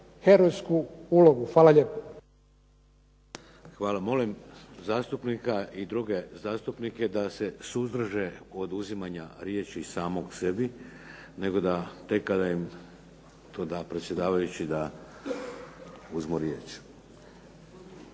**Šeks, Vladimir (HDZ)** Hvala. Molim zastupnika i druge zastupnike da se suzdrže oduzimanja riječi samog sebi, nego da tek kada im to da predsjedavajući da uzmu riječ.